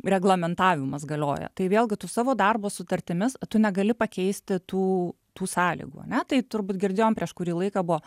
reglamentavimas galioja tai vėlgi tu savo darbo sutartimis tu negali pakeisti tų tų sąlygų ane tai turbūt girdėjom prieš kurį laiką buvo